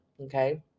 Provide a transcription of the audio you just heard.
okay